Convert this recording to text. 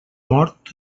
mort